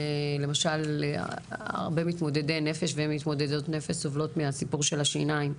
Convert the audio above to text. למשל הרבה מתמודדי נפש ומתמודדות נפש סובלות מהסיפור של השיניים,